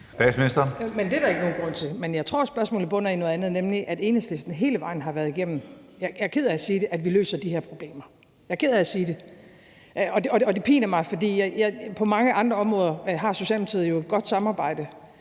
Frederiksen): Det er der ikke nogen grund til. Men jeg tror, at spørgsmålet bunder i noget andet, nemlig at Enhedslisten hele vejen igennem har været imod – jeg er ked af at sige det – at vi løser de her problemer. Jeg er ked af at sige det, og det piner mig, for på mange andre områder har Socialdemokratiet jo et godt samarbejde